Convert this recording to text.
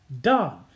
done